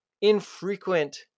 infrequent